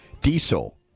Diesel